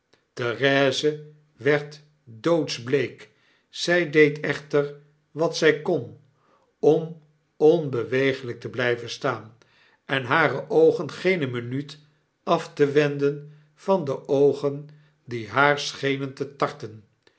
therese werd doodsbleek zg deed echter wat zg kon ora onbeweeglgk te blgven staan en hare oogen geene minuut af te wenden van de oogen die haar schenen te tarten